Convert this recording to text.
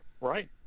Right